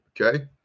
okay